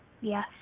Yes